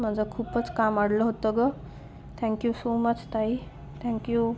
माझं खूपच काम अडलं होतं गं थँक्यू सो मच ताई थँकयू